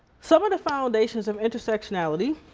some of the foundations of intersectionality.